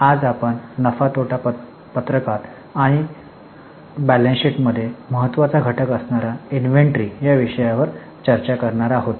आज आज आपण नफा तोटा पत्रकात आणि ताळेबंद पत्रकात महत्त्वाचा घटक असणाऱ्या मालसाठा इन्व्हेंटरी या विषयावर चर्चा करणार आहोत